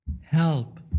Help